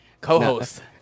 Co-host